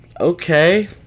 okay